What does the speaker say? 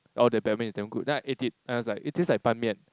oh that Ban-Mian is damn good then I ate it and I was like it tastes like Ban-Mian